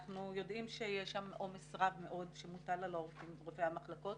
אנחנו יודעים שיש שם עומס רב מאוד שמוטל על העובדים --- המחלקות